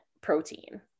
protein